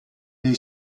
dei